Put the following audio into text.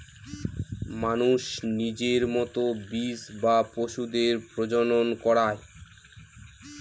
মানুষ নিজের মতো বীজ বা পশুদের প্রজনন করায়